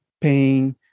pain